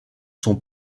sont